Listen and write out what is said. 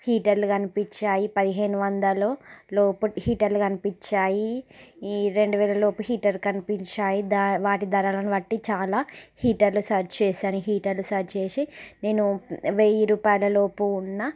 హీటర్లు కనిపించాయి పదిహేను వందలులోపు హీటర్లు కనిపించాయి ఈ రెండువేలలోపు హీటర్లు కనిపించాయి వాటి ధరలను బట్టి చాలా హీటర్లు సెలెక్ట్ చేసాను హీటర్లు సెలెక్ట్ చేసి నేను వెయ్యి రూపాయలలోపు ఉన్న